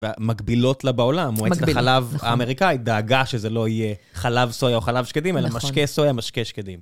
מקבילות לה בעולם, מועצת החלב האמריקאי, דאגה שזה לא יהיה חלב סויה או חלב שקדים, אלא משקה סויה, משקה שקדים.